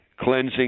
Cleansing